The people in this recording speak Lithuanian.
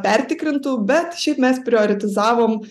pertikrintų bet šiaip mes prioritizavom